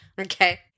Okay